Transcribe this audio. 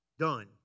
Done